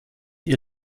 ihr